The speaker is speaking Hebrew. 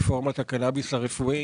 רפורמת הקנאביס הרפואי.